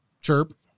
chirp